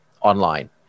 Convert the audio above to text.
online